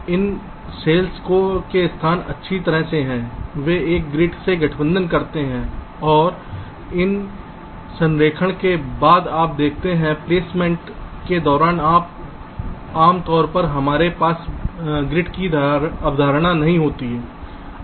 तो इन सेल्स के स्थान अच्छी तरह से हैं वे एक ग्रिड से गठबंधन करते हैं और इन संरेखण के बाद आप देखते हैं प्लेसमेंट के दौरान आम तौर पर हमारे पास ग्रिड की अवधारणा नहीं होती है